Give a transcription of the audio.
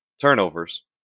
turnovers